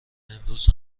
امروز